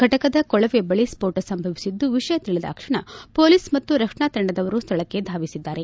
ಫಟಕದ ಕೊಳವೆ ಬಳಿ ಸ್ಪೋಟ ಸಂಭವಿಸಿದ್ದು ವಿಷಯ ತಿಳಿದಾಕ್ಷಣ ಹೊಲೀಸ್ ಮತ್ತು ರಕ್ಷಣಾ ತಂಡದವರು ಸ್ವಳಕ್ಕೆ ಧಾವಿಸಿದ್ದಾರೆ